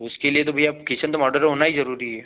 उसके लिए तो भैया किचेन तो माडुलर होना ही ज़रूरी है